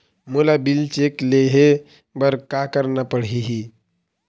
मोला bill check ले हे बर का करना पड़ही ही?